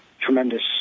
tremendous